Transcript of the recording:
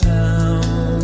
town